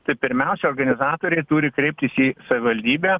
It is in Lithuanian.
tai pirmiausia organizatoriai turi kreiptis į savivaldybę